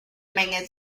menge